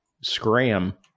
scram